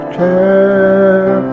care